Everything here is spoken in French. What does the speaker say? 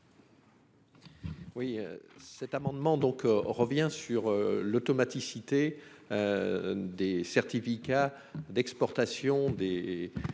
Oui, cet amendement donc revient sur l'automaticité. Des certificats d'exportation des